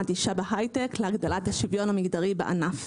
אישה בהיי-טק להגדלת השוויון המגדרי בענף.